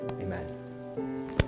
amen